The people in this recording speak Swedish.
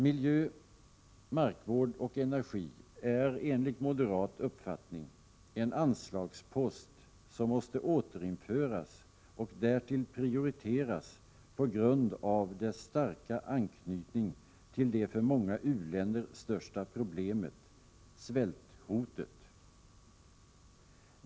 Miljö, markvård och energi är enligt moderat uppfattning en anslagspost som måste återinföras och därtill prioriteras på grund av dess starka anknytning till det för många u-länder största problemet — svälthotet.